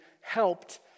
helped